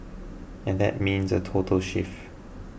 and that means a total shift